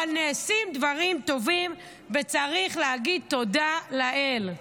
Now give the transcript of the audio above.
אבל נעשים דברים טובים, וצריך להגיד תודה לאל.